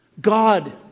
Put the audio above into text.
God